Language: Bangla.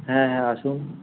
হ্যাঁ হ্যাঁ আসুন